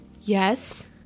Yes